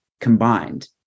combined